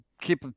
keep